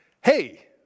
hey